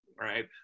right